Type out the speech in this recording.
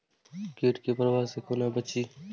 कीट के प्रभाव से कोना बचीं?